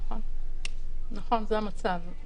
נכון, זה המצב.